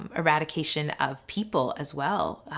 um eradication of people as well.